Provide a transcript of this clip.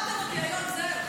גמרתם אותי היום, זהו.